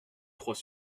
trois